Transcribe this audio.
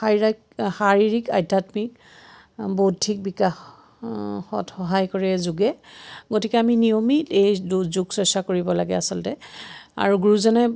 শাইৰাইক শাৰীৰিক আধ্যাত্মিক বৌদ্ধিক বিকাশত সহায় কৰে যোগে গতিকে আমি নিয়মিত এই যোগ চৰ্চা কৰিব লাগে আচলতে আৰু গুৰুজনাই